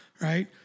right